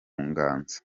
nganzo